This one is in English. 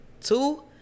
Two